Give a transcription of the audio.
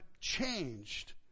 changed